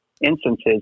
instances